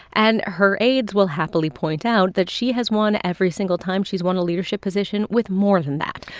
and her aides will happily point out that she has won every single time. she's won a leadership position with more than that.